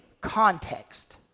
context